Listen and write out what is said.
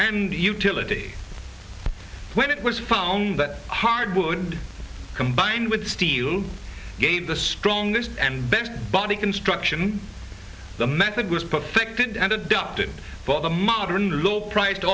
and utility when it was found that hard wood combined with steel gave the strongest and best body construction the method was perfected and adopted by the modern low priced